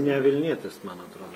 ne vilnietis man atrodo